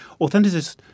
Authenticists